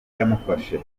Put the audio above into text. yamufashe